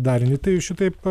darinį tai šitaip